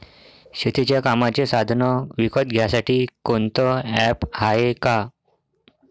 शेतीच्या कामाचे साधनं विकत घ्यासाठी कोनतं ॲप हाये का?